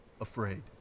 afraid